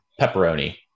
pepperoni